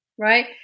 right